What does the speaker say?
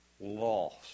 lost